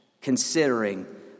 considering